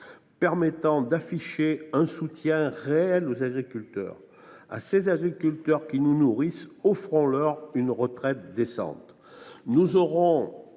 permet d’afficher un soutien réel aux agriculteurs. À ces agriculteurs, qui nous nourrissent, offrons une retraite décente ! Nous discuterons,